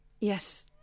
Yes